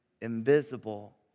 invisible